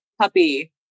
puppy